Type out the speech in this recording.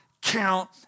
count